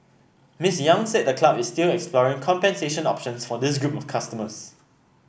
Miss Yang said the club is still exploring compensation options for this group of customers